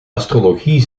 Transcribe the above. astrologie